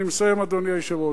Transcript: אני מסיים, אדוני היושב-ראש.